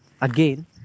Again